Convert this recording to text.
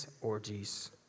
orgies